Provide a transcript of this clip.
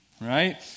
right